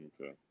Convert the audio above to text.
okay